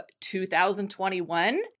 2021